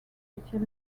officiel